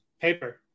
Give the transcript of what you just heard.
Paper